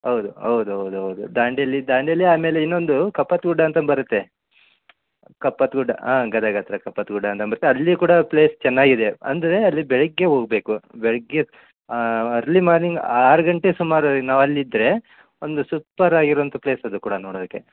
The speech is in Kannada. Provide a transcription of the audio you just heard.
ಹೌದು ಹೌದ್ ಹೌದ್ ಹೌದು ದಾಂಡೇಲಿ ದಾಂಡೇಲಿ ಆಮೇಲೆ ಇನ್ನೊಂದು ಕಪ್ಪತ ಗುಡ್ಡ ಅಂತ ಬರುತ್ತೆ ಕಪ್ಪತ ಗುಡ್ಡ ಹಾಂ ಗದಗ್ ಹತ್ರ ಕಪ್ಪತ ಗುಡ್ಡ ಅಂತ ಬರತ್ತೆ ಅಲ್ಲಿ ಕೂಡ ಪ್ಲೇಸ್ ಚೆನ್ನಾಗಿದೆ ಅಂದರೆ ಅಲ್ಲಿ ಬೆಳಿಗ್ಗೆ ಹೋಗಬೇಕು ಬೆಳಿಗ್ಗೆ ಅರ್ಲಿ ಮಾರ್ನಿಂಗ್ ಆರು ಗಂಟೆ ಸುಮಾರು ನಾವು ಅಲ್ಲಿ ಇದ್ದರೆ ಒಂದು ಸುಪ್ಪರ್ ಆಗಿರುವಂತಹ ಪ್ಲೇಸ್ ಅದು ಕೂಡ ನೋಡೋದಕ್ಕೆ